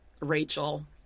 Rachel